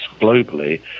globally